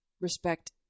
respect